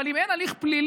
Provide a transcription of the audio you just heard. אבל אם אין הליך פלילי,